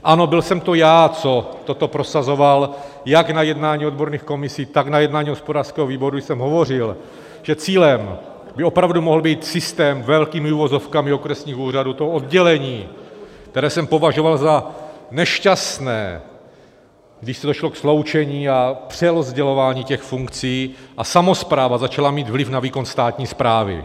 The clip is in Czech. Ano, byl jsem to já, kdo toto prosazoval jak na jednání odborných komisí, tak na jednání hospodářského výboru, kdy jsem hovořil, že cílem by opravdu mohl být systém s velkými uvozovkami okresních úřadů, to oddělení, které jsem považoval za nešťastné, když došlo ke sloučení a přerozdělování funkcí a samospráva začala mít vliv na výkon státní správy.